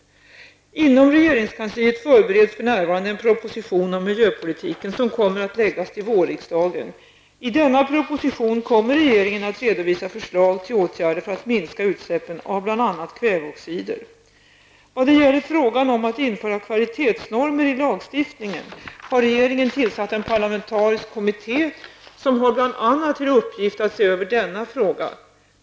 Inom regeringskansliet förbereds för närvarande en proposition om miljöpolitiken som kommer att läggas fram till vårriksdagen. I denna proposition kommer regeringen att redovisa förslag till åtgärder för att minska utsläppen av bl.a. kväveoxider. Vad gäller frågan om att införa kvalitetsnormer i lagstiftningen, har regeringen tillsatt en parlamentarisk kommitté som bl.a. har till uppgift att se över denna fråga.